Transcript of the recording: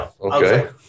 Okay